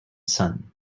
son